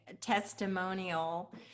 testimonial